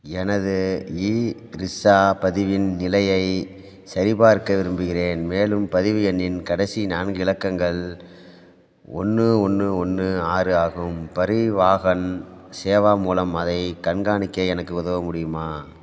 எனது e rickshaw பதிவின் நிலையை சரிபார்க்க விரும்புகிறேன் மேலும் பதிவு எண்ணின் கடைசி நான்கு இலக்கங்கள் ஒன்று ஒன்று ஒன்று ஆறு ஆகும் பரிவாஹன் சேவா மூலம் அதை கண்காணிக்க எனக்கு உதவ முடியுமா